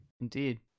Indeed